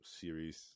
series